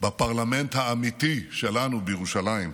בפרלמנט האמיתי שלנו בירושלים,